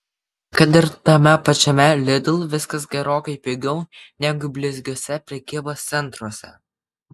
kad ir tame pačiame lidl viskas gerokai pigiau negu blizgiuose prekybos centruose